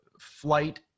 flight